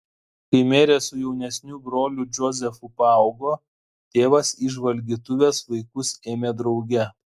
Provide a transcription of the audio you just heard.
kai merė su jaunesniu broliu džozefu paaugo tėvas į žvalgytuves vaikus ėmė drauge